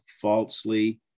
falsely